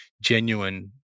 genuine